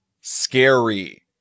scary